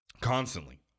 Constantly